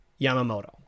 Yamamoto